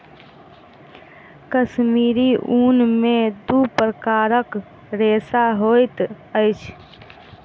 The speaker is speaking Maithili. कश्मीरी ऊन में दू प्रकारक रेशा होइत अछि